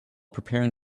preparing